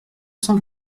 cent